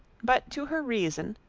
but to her reason,